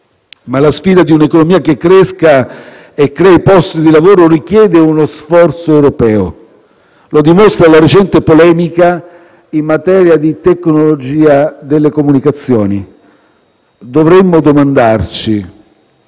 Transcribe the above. ma la sfida di un'economia che cresca e crei posti di lavoro richiede uno sforzo europeo, come dimostra la recente polemica in materia di tecnologia delle comunicazioni. Dovremmo domandarci